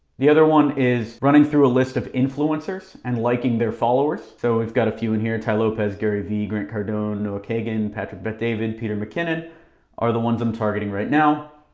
the other one is running through a list of influencers and liking their followers. so we've got a few in here, tai lopez, gary v, grant cardone, noah kagan, patrick bet-david, peter mckinnon are the ones i'm targeting right now.